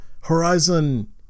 Horizon